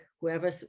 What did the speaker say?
whoever